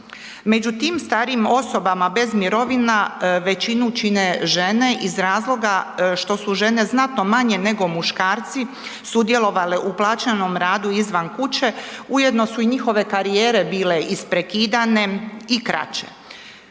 Među tim starijim osobama bez mirovina većinu čine žene iz razloga što su žene znatno manje nego muškarci sudjelovale u plaćenom radu izvan kuće, ujedno su i njihove karijere bile isprekidane i kraće.